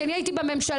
כי אני הייתי בממשלה.